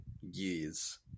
years